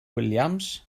williams